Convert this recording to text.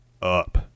Up